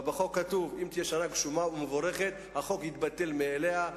בחוק כתוב שאם תהיה שנה גשומה ומבורכת החוק יתבטל מאליו.